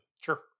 Sure